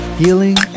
healing